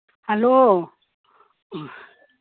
hello